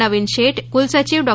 નવીન સેઠ કુલસચિવ ડૉ